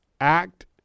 act